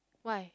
why